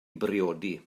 briodi